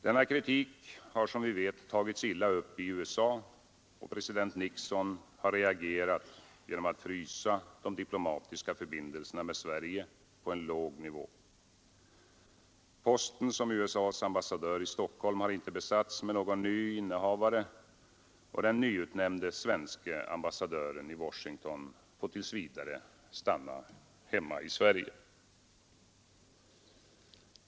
Denna kritik har som vi vet tagits illa upp i USA och president Nixon har reagerat genom att frysa de diplomatiska förbindelserna med Sverige på en låg nivå. Posten som USA:s ambassadör i Stockholm har inte besatts med någon ny innehavare och den nyutnämnde svenska ambassadören i Washington får tills vidare stanna hemma i Sverige.